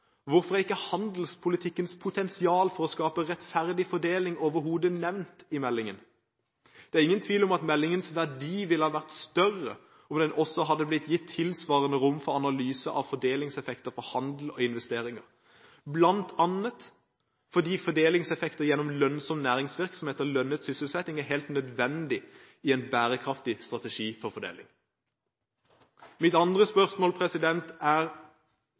Hvorfor er ikke handelspolitikkens potensial for å skape rettferdig fordeling overhodet nevnt i meldingen? Det er ingen tvil om at meldingens verdi ville ha vært større om det også hadde blitt gitt tilsvarende rom for analyse av fordelingseffekter for handel og investeringer, bl.a. fordi fordelingseffekter gjennom lønnsom næringsvirksomhet og lønnet sysselsetting er helt nødvendig i en bærekraftig strategi for fordeling. Mitt andre spørsmål er